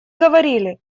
говорили